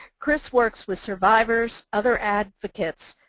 chris works with survivors, other advocates,